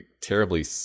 terribly